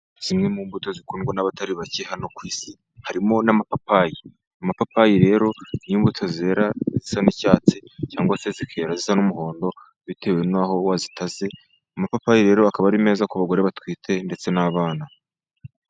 Zimwe mu mbuto zikundwa n'abatari bake hano ku isi harimo n'amapapayi. Amapapayi rero ni imbuto zera zisa n'icyatsi cyangwa se zikera zisa n'umuhondo, bitewe n'aho wazitaze. Amapapayi rero akaba ari meza ku bagore batwite ndetse n'abana.